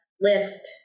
List